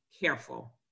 careful